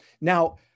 Now